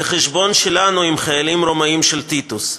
זה חשבון שלנו עם חיילים רומאים של טיטוס.